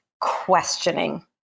questioning